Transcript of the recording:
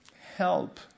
help